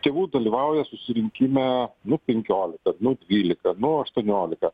tėvų dalyvauja susirinkime nu penkiolika nu dvylika nu aštuoniolika